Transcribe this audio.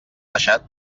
deixat